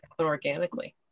organically